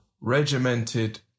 regimented